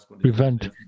prevent